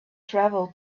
travel